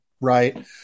right